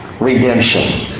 redemption